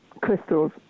crystals